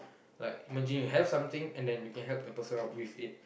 like imagine you have something and then you can help the person out with it